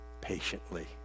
patiently